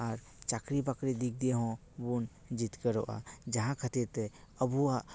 ᱟᱨ ᱪᱟᱹᱠᱨᱤ ᱵᱟᱹᱠᱨᱤ ᱫᱤᱠ ᱫᱤᱭᱮ ᱦᱚᱸ ᱵᱚᱱ ᱡᱤᱛᱠᱟᱹᱨᱚᱜᱼᱟ ᱡᱟᱦᱟᱸ ᱠᱷᱟᱹᱛᱤᱨ ᱛᱮ ᱟᱵᱚᱣᱟᱜ